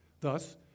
Thus